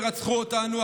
מפלצות שרצחו אותנו,